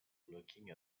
looking